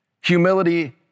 humility